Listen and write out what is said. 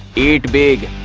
eat big.